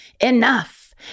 Enough